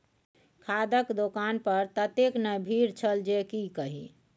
खादक दोकान पर ततेक ने भीड़ छल जे की कही